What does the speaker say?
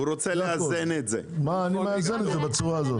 אני מאזן את זה בצורה הזאת.